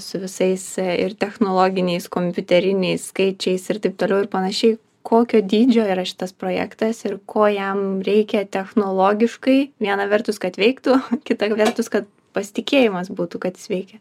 su visais ir technologiniais kompiuteriniais skaičiais ir taip toliau ir panašiai kokio dydžio yra šitas projektas ir ko jam reikia technologiškai viena vertus kad veiktų kita vertus kad pasitikėjimas būtų kad jis veikia